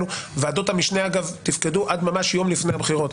ועדות המשנה, אגב, תפקדו עד ממש יום לפני הבחירות,